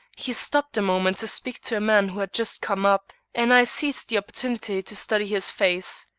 he stopped a moment to speak to a man who had just come up, and i seized the opportunity to study his face.